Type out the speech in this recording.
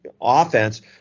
offense